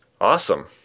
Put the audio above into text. Awesome